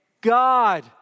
God